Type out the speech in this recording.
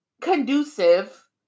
conducive